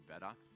better